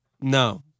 No